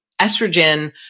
estrogen